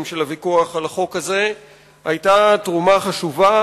של הוויכוח על החוק הזה היתה תרומה חשובה